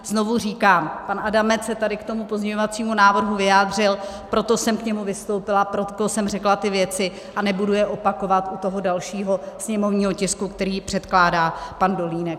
Znovu říkám, pan Adamec se tady k tomuto pozměňovacímu návrhu vyjádřil, proto jsem k němu vystoupila, proto jsem řekla ty věci, a nebudu je opakovat u toho dalšího sněmovního tisku, který předkládá pan Dolínek.